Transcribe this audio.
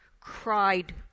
cried